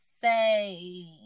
say